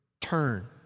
turn